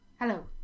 hello